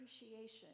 appreciation